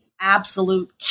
absolute